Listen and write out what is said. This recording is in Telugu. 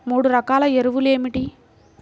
మూడు రకాల ఎరువులు ఏమిటి?